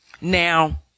Now